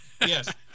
Yes